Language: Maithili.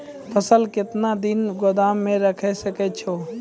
फसल केतना दिन गोदाम मे राखै सकै छौ?